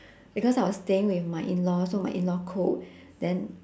because I was staying with my in law so my in law cook then